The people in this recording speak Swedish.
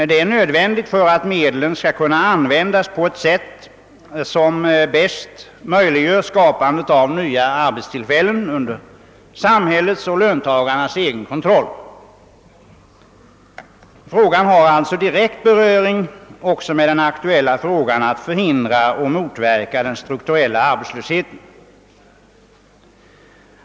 Detta är nödvändigt för att medlen skall kunna användas på ett sätt som bäst möjliggör skapande av nya arbetstillfällen under samhällets och löntagarnas egen kontroll. Frågan har alltså också direkt beröring med den aktuella angelägenheten att förhindra och motverka den strukturella arbetslösheten.